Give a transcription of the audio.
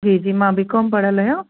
जी जी मां B com पढ़ियल आहियां